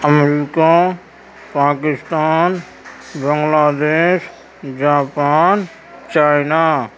America Pakistan Bangladesh Japan China